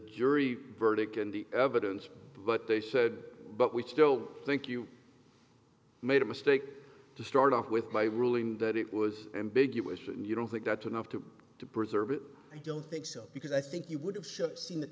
jury verdict in the evidence but they said but we still think you made a mistake to start off with my ruling that it was ambiguous and you don't think that's enough to to preserve it i don't think so because i think you would have s